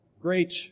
great